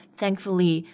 thankfully